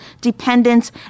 dependents